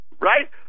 right